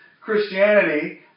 Christianity